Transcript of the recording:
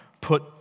put